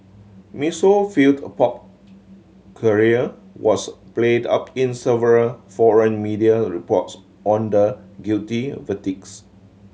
Miss failed a pop career was played up in several foreign media reports on the guilty verdicts